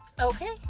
okay